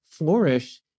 flourish